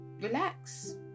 relax